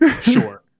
Sure